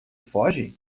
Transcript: foge